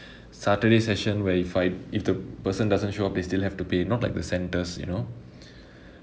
saturday session where if I if the person doesn't show up they still have to pay not like the centres you know